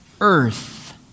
earth